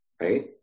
right